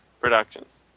productions